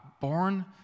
born